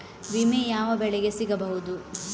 ವಿಮೆ ಯಾವ ಬೆಳೆಗೆ ಸಿಗಬಹುದು?